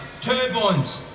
turbines